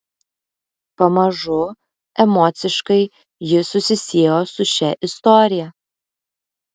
pamažu emociškai ji susisiejo su šia istorija